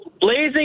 Blazing